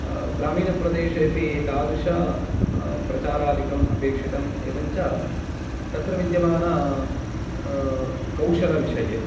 ग्रामीणप्रदेशे अपि तादृश प्रचारादिकं अपेक्षितं एवं च तत्र विद्यमान कौशलविषये